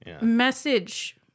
message